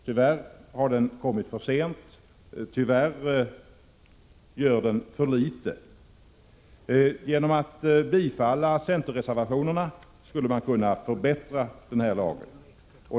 Tyvärr har den kommit för sent och tyvärr gör den för litet. Genom att bifalla centerreservationerna skulle kammarens ledamöter kunna förbättra lagen.